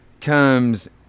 comes